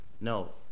No